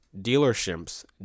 dealerships